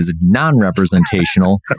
non-representational